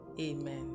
Amen